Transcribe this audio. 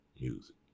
music